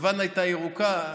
יוון הייתה ירוקה.